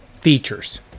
features